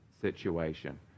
situation